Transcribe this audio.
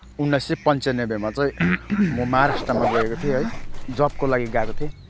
उन्नाइस सय पन्चानब्बेमा चाहिँ म महाराष्ट्रमा गएको थिएँ है जबको लागि गएको थिएँ